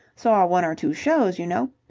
saw one or two shows, you know.